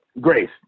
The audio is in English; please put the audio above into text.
Grace